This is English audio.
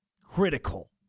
critical